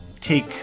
take